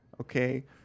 okay